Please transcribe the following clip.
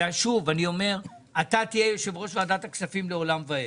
אתה תהיה יושב-ראש ועדת הכספים לעולם ועד,